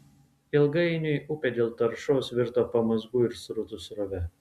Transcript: ilgainiui upė dėl taršos virto pamazgų ir srutų srove